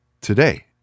today